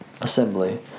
assembly